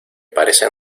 parece